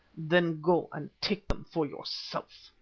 then go and take them for yourself,